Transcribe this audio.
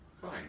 Fine